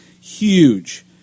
Huge